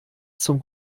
zum